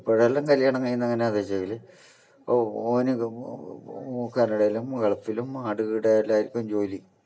ഇപ്പോഴെല്ലാം കല്യാണം കഴിയുന്നതെങ്ങനെയാണ് വെച്ചെങ്കിൽ ഓ ഓന് കാനഡയിലും ഗൾഫിലും അവിടെ ഇവിടെ എല്ലാ ആയിരിക്കും ജോലി